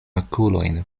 okulojn